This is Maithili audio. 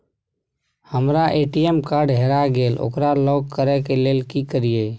हमर ए.टी.एम कार्ड हेरा गेल ओकरा लॉक करै के लेल की करियै?